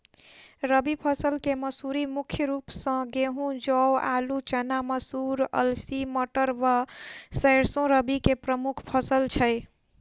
रबी फसल केँ मसूरी मुख्य रूप सँ गेंहूँ, जौ, आलु,, चना, मसूर, अलसी, मटर व सैरसो रबी की प्रमुख फसल छै